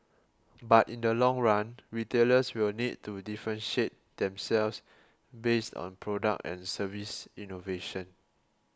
but in the long run retailers will need to differentiate themselves based on product and service innovation